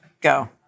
go